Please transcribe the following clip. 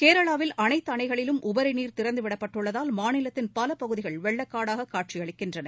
கேரளாவில் அனைத்து அணைகளிலும் உபரி நீா் திறந்துவிடப்பட்டுள்ளதால் மாநிலத்தின் பல பகுதிகள் வெள்ளக்காடாக காட்சியளிக்கின்றன